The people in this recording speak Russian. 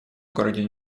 городе